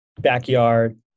backyard